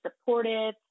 supportive